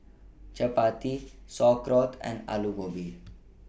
Chapati Sauerkraut and Alu Gobi